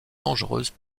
dangereuses